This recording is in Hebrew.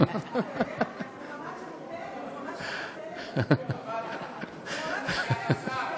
ממש מבטל את עצמו,